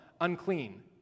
unclean